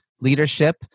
leadership